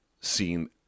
seen